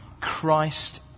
Christ